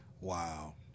Wow